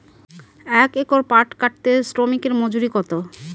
এক একর পাট কাটতে শ্রমিকের মজুরি কত?